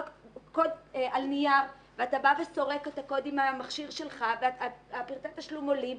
קוד על נייר ואתה בא וסורק את הקוד עם המכשיר שלך ופרטי התשלום עולים.